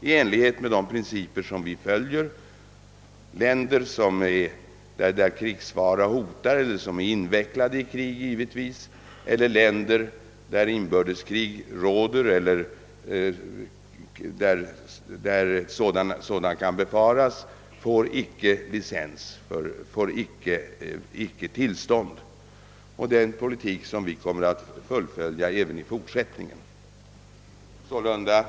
I enlighet med de principer som vi följer får länder, där krigsfara hotar eller som är invecklade i krig liksom länder där inbördeskrig råder eller kan befaras, icke tillstånd. Det är en politik som vi kommer att fullfölja även i fortsättningen.